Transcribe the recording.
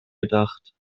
gedacht